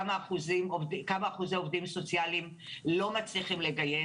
אחוזי עובדים סוציאליים לא מצליחים לגייס.